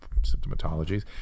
symptomatologies